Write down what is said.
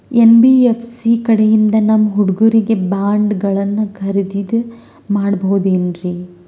NBFC ಕಡೆಯಿಂದ ನಮ್ಮ ಹುಡುಗರಿಗೆ ಬಾಂಡ್ ಗಳನ್ನು ಖರೀದಿದ ಮಾಡಬಹುದೇನ್ರಿ?